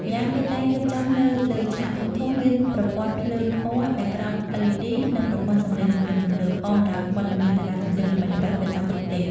ម្យ៉ាងគេតែងរៀបចំនៅលើឆាកធំៗ មាន ប្រព័ន្ធភ្លើងពណ៌ អេក្រង់ LED និងប្រព័ន្ធសំឡេងទំនើបៗ អមដោយវត្តមានតារាចម្រៀងល្បីៗប្រចាំប្រទេស។